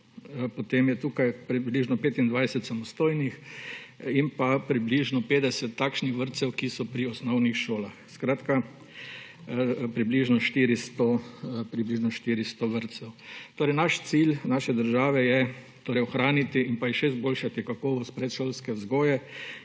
potem je tukaj približno 25 samostojnih in pa približno 50 takšnih vrtcev, ki so pri osnovnih šolah. Skratka, približno 400 vrtcev. Cilj naše države je ohraniti in še izboljšati kakovost predšolske vzgoje